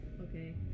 okay